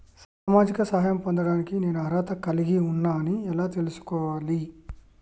సామాజిక సహాయం పొందడానికి నేను అర్హత కలిగి ఉన్న అని ఎలా తెలుసుకోవాలి?